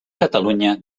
catalunya